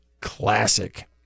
classic